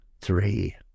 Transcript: three